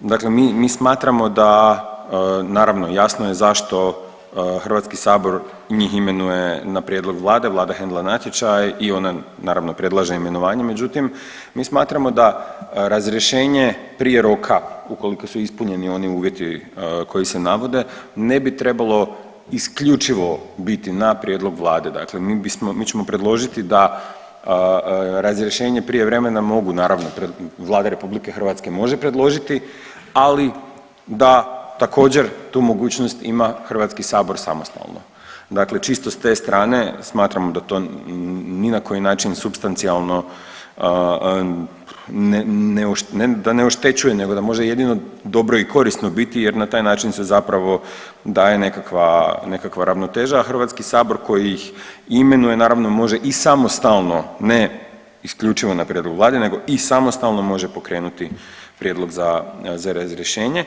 dakle mi, mi smatramo da, naravno jasno je zašto HS njih imenuje na prijedlog vlade, vlada hendla natječaj i ona naravno predlaže imenovanje, međutim mi smatramo da razrješenje prije roka ukoliko su ispunjeni oni uvjeti koji se navode ne bi trebalo isključivo biti na prijedlog vlade, dakle mi bismo, mi ćemo predložiti da razrješenja prijevremena mogu naravno, Vlada RH može predložiti, ali da također tu mogućnost ima HS samostalno, dakle čisto s te strane smatramo da to ni na koji način substancionalno ne da oštećuje nego da može jedino dobro i korisno biti jer na taj način se zapravo daje nekakva, nekakva ravnoteža, a HS koji ih imenuje naravno može i samostalno, ne isključivo na prijedlog vlade, nego i samostalno može pokrenuti prijedlog za, za razrješenje.